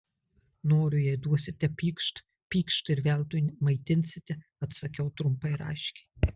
noriu jei duosite pykšt pykšt ir veltui maitinsite atsakiau trumpai ir aiškiai